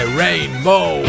rainbow